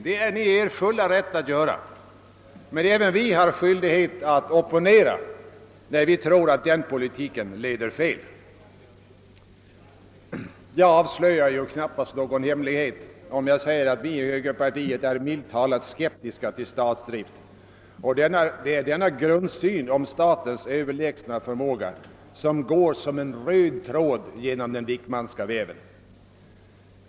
Det är ni i er fulla rätt att göra. Men vi har skyldighet att opponera oss, när vi tror att den politiken leder fel. Jag avslöjar knappast någon hemlighet om jag säger att vi i högerpartiet är, milt sagt, skeptiska till statsdrift. Socialdemokraternas grundsyn — tron på statens överlägsna förmåga — går som en röd tråd genom den Wickmanska väven.